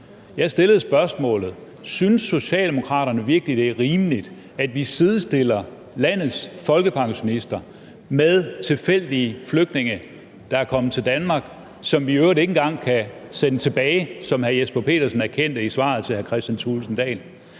Jeg stillede spørgsmålet: Synes Socialdemokraterne virkelig, det er rimeligt, at vi sidestiller landets folkepensionister med tilfældige flygtninge, der er kommet til Danmark, og som vi i øvrigt ikke engang kan sende tilbage, hvilket hr. Jesper Petersen erkendte i svaret til hr. Kristian Thulesen